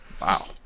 Wow